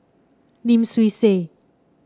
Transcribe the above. Lim Swee Say